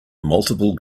multiple